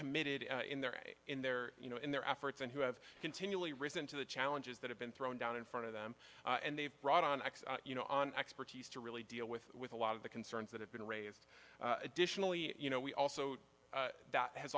committed in their in their you know in their efforts and who have continually risen to the challenges that have been thrown down in front of them and they've brought on you know on expertise to really deal with with a lot of the concerns that have been raised additionally you know we also that has